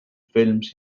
films